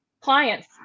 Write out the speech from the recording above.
clients